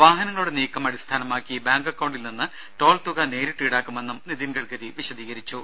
വാഹനങ്ങളുടെ നീക്കം അടിസ്ഥാനമാക്കി ബാങ്ക് അക്കൌണ്ടിൽ നിന്ന് ടോൾ തുക നേരിട്ട് ഈടാക്കുമെന്നും നിതിൻ ഗഡ്കരി വിശദീകരിച്ചു